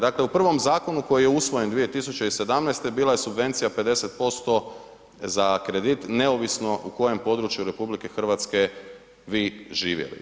Dakle u prvom zakonu koji je usvojen 2017. bila je subvencija 50% za kredit neovisno u kojem području RH vi živjeli.